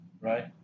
Right